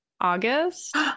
August